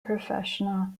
professional